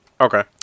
Okay